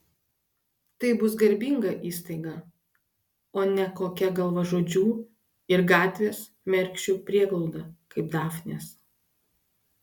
tai bus garbinga įstaiga o ne kokia galvažudžių ir gatvės mergšių prieglauda kaip dafnės